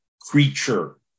creature